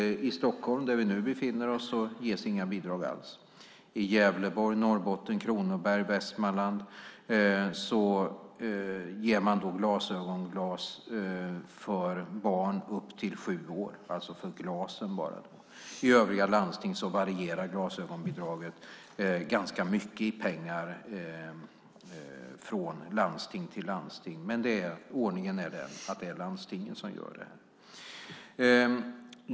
I Stockholm, där vi nu befinner oss, ges inga bidrag alls. I Gävleborg, Norrbotten, Kronoberg och Västmanland ger man glasögonglas för barn upp till sju år - det är alltså bara glasen. I övrigt varierar glasögonbidraget ganska mycket i pengar från landsting till landsting. Men ordningen är den att det är landstingen som gör detta.